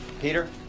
Peter